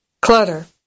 clutter